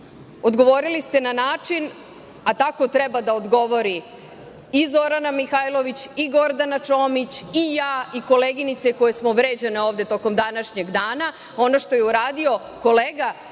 odgovorili ste na način, a tako treba da odgovori i Zorana Mihajlović i Gordana Čomić i ja i koleginice koje smo vređane ovde tokom današnjeg dana. Ono što je uradio kolega